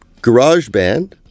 GarageBand